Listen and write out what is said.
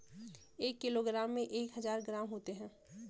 एक किलोग्राम में एक हजार ग्राम होते हैं